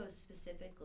specifically